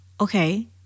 Okay